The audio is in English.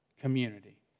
community